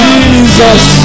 Jesus